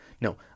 No